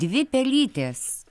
dvi pelytės